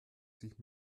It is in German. sich